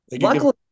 Luckily